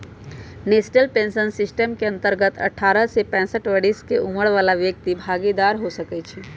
national pension system के अंतर्गत अठारह से पैंसठ बरिश के उमर बला व्यक्ति भागीदार हो सकइ छीन्ह